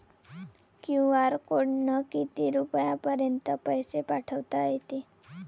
QR कोडनं किती रुपयापर्यंत पैसे पाठोता येते?